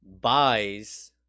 buys